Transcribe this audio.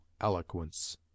eloquence